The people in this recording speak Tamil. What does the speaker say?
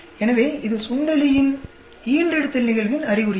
எனவே இது சுண்டெலியின் ஈன்றெடுத்தல் நிகழ்வின் அறிகுறியாகும்